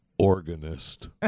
Organist